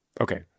Okay